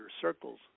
circles